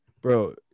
bro